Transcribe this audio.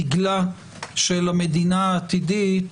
דיגלה של המדינה העתידית,